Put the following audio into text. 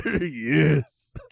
Yes